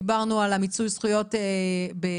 דיברנו על המיצוי הזכויות בקהילה,